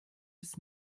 des